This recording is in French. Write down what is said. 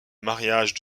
mariage